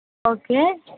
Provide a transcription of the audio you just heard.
okay